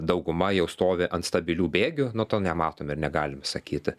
dauguma jau stovi ant stabilių bėgių na to nematome ir negalime sakyti